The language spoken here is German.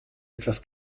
etwas